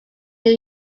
new